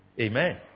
Amen